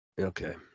Okay